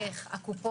איך?